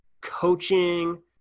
coaching